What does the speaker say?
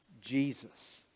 Jesus